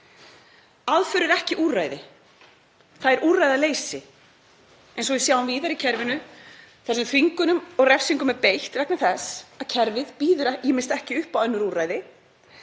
Aðför er ekki úrræði. Það er úrræðaleysi, eins og við sjáum víðar í kerfinu, þar sem þvingunum og refsingum er beitt vegna þess að kerfið býður ýmist ekki upp á önnur úrræði